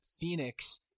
phoenix